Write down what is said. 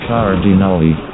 Cardinali